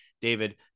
David